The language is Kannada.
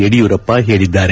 ಯಡಿಯೂರಪ್ಪ ಹೇಳಿದ್ದಾರೆ